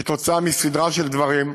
כתוצאה מסדרה של דברים,